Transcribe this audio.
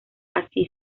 así